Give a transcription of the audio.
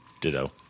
Ditto